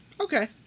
Okay